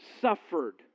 suffered